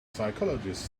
psychologist